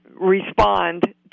respond